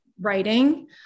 writing